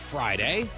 Friday